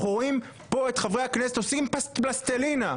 אנחנו רואים פה את חברי הכנסת עושים פה פלסטלינה מחוקי היסוד.